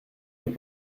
les